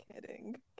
kidding